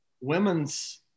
women's